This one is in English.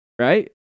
right